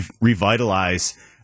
revitalize